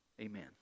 Amen